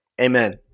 amen